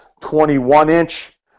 21-inch